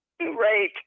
right